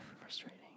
Frustrating